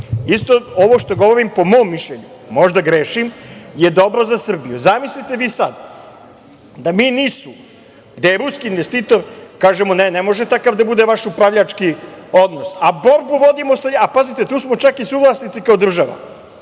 Ovo što govorim po mom mišljenju, možda grešim, je dobro za Srbiju. Zamisliste vi sada da mi NIS-u gde je ruski investitor kažemo – ne, ne može takav da bude vaš upravljački odnos, a borbu vodimo, a pazite tu smo čak i suvlasnici kao država,